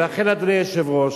ולכן, אדוני היושב-ראש,